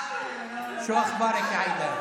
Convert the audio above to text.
איזה יופי.